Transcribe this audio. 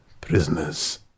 Prisoners